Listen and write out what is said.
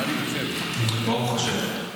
מה אני חושב והוא חושב.